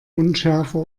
unschärfer